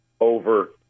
over